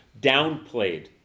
downplayed